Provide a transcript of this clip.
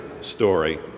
story